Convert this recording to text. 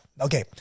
Okay